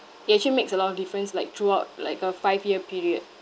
it actually makes a lot of difference like throughout like a five year period